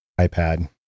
iPad